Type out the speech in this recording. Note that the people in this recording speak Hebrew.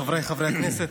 חבר הכנסת